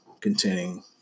containing